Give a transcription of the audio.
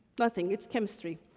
nothing it's chemistry.